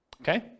Okay